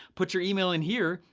put your email in here.